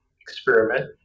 experiment